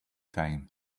time